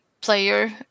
player